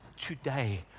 today